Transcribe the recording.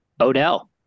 Odell